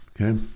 Okay